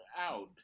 out